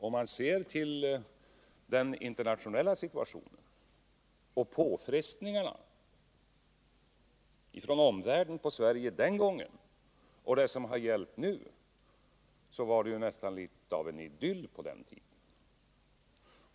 Om man jämför den internationella situationen och påfrestningarna från omvärlden på Sverige den gången med vad som har hänt nu, framstår den tiden som något av en idyll.